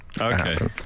Okay